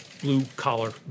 blue-collar